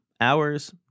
hours